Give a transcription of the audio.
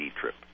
trip